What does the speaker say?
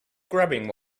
grabbing